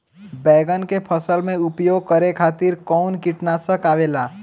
बैंगन के फसल में उपयोग करे खातिर कउन कीटनाशक आवेला?